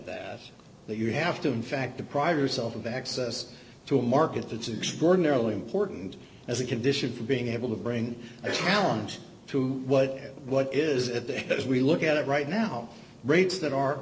that you have to in fact deprive yourself of access to a market that's extraordinarily important as a condition for being able to bring their knowledge to what what is it that as we look at it right now rates that are